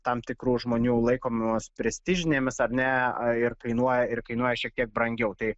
tam tikrų žmonių laikomos prestižinėmis ar ne ir kainuoja ir kainuoja šiek tiek brangiau tai